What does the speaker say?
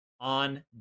on